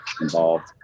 involved